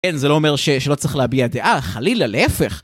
כן, זה לא אומר שלא צריך להביע דעה, חלילה, להפך.